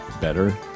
better